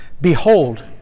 behold